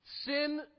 Sin